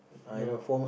your